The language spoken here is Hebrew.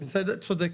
צודק.